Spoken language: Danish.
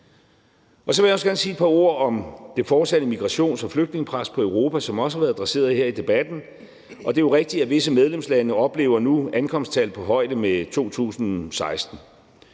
Så vil jeg også gerne sige et par ord om det fortsatte immigrations- og flygtningepres på Europa, som også har været adresseret her i debatten. Og det er jo rigtigt, at visse medlemslande nu oplever et ankomsttal på højde med